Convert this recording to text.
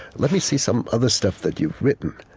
let me see some other stuff that you've written.